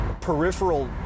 peripheral